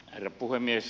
herra puhemies